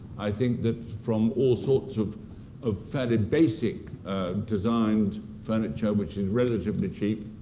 i think that from all sorts of of fairly basic designed furniture, which is relatively cheap.